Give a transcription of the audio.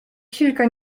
kilka